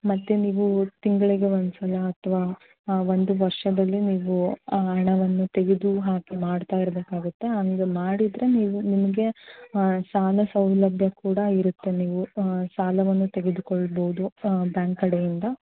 ಮತ್ತೆ ನೀವು ತಿಂಗಳಿಗೆ ಒಂದು ಸಲ ಅಥವಾ ಒಂದು ವರ್ಷದಲ್ಲಿ ನೀವು ಆ ಹಣವನ್ನು ತೆಗೆದು ಹಾಕಿ ಮಾಡ್ತಾ ಇರ್ಬೇಕಾಗುತ್ತೆ ಹಂಗೆ ಮಾಡಿದರೆ ನೀವು ನಿಮಗೆ ಸಾಲ ಸೌಲಭ್ಯ ಕೂಡ ಇರುತ್ತೆ ನೀವು ಸಾಲವನ್ನು ತೆಗೆದುಕೊಳ್ಬೋದು ಬ್ಯಾಂಕ್ ಕಡೆಯಿಂದ